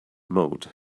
mode